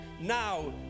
now